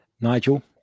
Nigel